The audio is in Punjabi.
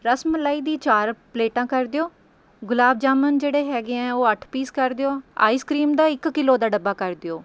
ਰਸ ਮਲਾਈ ਦੀ ਚਾਰ ਪਲੇਟਾਂ ਕਰ ਦਿਓ ਗੁਲਾਬ ਜਾਮਣ ਜਿਹੜੇ ਹੈਗੇ ਐਂ ਉਹ ਅੱਠ ਪੀਸ ਕਰ ਦਿਓ ਆਈਸ ਕਰੀਮ ਦਾ ਇੱਕ ਕਿਲੋ ਦਾ ਡੱਬਾ ਕਰ ਦਿਓ